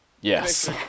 yes